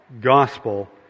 gospel